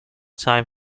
time